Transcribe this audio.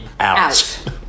out